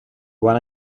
one